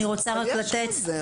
אני רוצה רק לתת